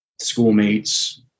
schoolmates